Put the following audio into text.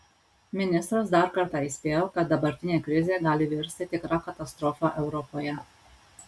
ministras dar kartą įspėjo kad dabartinė krizė gali virsti tikra katastrofa europoje